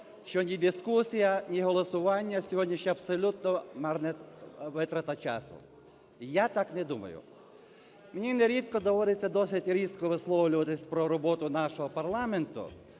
що ні дискусія, ні голосування сьогоднішні – абсолютна марна витрата часу. Я так не думаю. Мені нерідко доводиться досить різко висловлюватись про роботу нашого парламенту.